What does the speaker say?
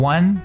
One